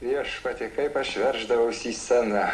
viešpatie kaip aš verždavausi į sceną